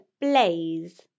Blaze